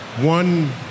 one